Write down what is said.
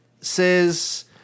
says